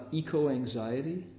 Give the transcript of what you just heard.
eco-anxiety